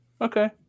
Okay